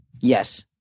Yes